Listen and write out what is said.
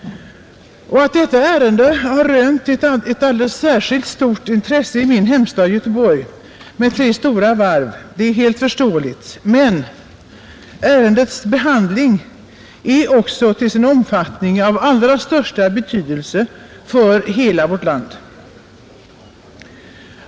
Att detta ärende rönt ett alldeles särskilt stort intresse i min hemstad Göteborg med tre stora varv är helt förståeligt, men ärendets behandling är också av allra största betydelse för hela vårt land.